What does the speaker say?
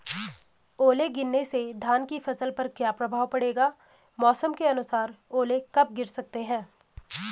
ओले गिरना से धान की फसल पर क्या प्रभाव पड़ेगा मौसम के अनुसार ओले कब गिर सकते हैं?